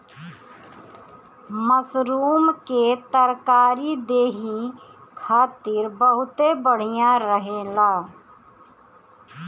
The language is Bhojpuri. मशरूम के तरकारी देहि खातिर बहुते बढ़िया रहेला